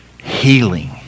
Healing